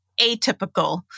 atypical